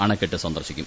അണക്കെട്ട് സന്ദർശിക്കും